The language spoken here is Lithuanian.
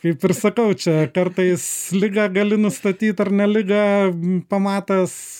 kaip ir sakau čia kartais ligą gali nustatyt ar ne ligą pamatęs